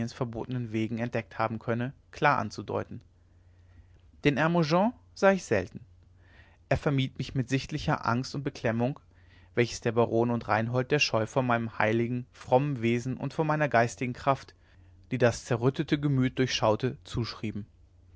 verbotenen wegen entdeckt haben könne klar anzudeuten den hermogen sah ich selten er vermied mich mit sichtlicher angst und beklemmung welches der baron und reinhold der scheu vor meinem heiligen frommen wesen und vor meiner geistigen kraft die das zerrüttete gemüt durchschaute zuschrieben